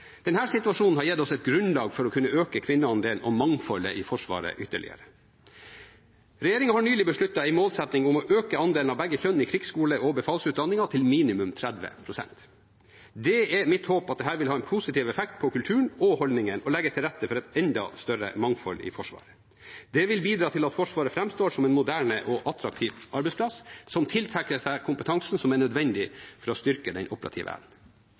ytterligere. Regjeringen har nylig besluttet en målsetting om en andel av begge kjønn i krigsskole og befalsutdanninger på minimum 30 pst. Det er mitt håp at dette vil ha en positiv effekt på kulturen og holdningene, og at det vil legge til rette for et enda større mangfold i Forsvaret. Det vil bidra til at Forsvaret framstår som en moderne og attraktiv arbeidsplass som tiltrekker seg kompetansen som er nødvendig for å styrke den operative